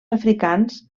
africans